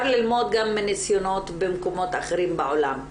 ללמוד גם מנסיונות במקומות אחרים בעולם,